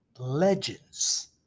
Legends